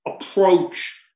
approach